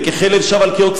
וככלב שב על קיאו,